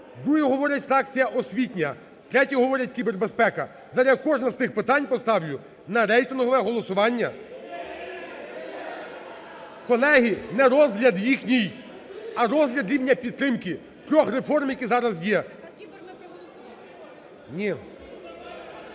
Другі говорять, фракція, освітня. Треті говорять, кібербезпека. Зараз я кожне з цих питань поставлю на рейтингове голосування. Колеги, не розгляд їхній, а розгляд рівня підтримки трьох реформ, які зараз є.